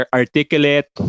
articulate